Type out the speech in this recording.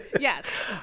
yes